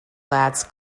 lads